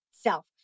self